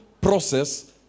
process